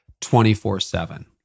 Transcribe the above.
24-7